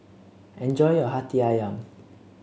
enjoy your Hati ayam